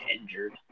injured